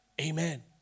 Amen